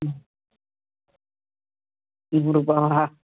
ம் நூறுரூபாவா